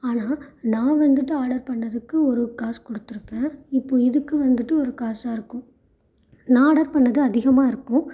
ஆனால் நான் வந்துவிட்டு ஆடர் பண்ணதுக்கு ஒரு காசு கொடுத்துருப்பேன் இப்போது இதுக்கு வந்துவிட்டு ஒரு காசாக இருக்கும் நான் ஆடர் பண்ணது அதிகமாக இருக்கும்